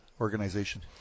organization